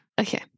Okay